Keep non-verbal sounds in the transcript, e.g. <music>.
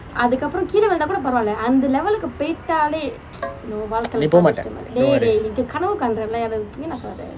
<noise> நீ போ மாட்டே:ni poo mattae